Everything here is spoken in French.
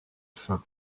faim